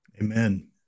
Amen